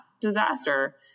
disaster